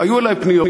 היו אלי פניות,